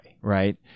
right